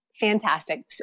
fantastic